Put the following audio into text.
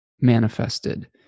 manifested